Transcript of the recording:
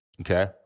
okay